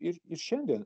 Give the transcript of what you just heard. ir ir šiandien